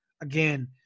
again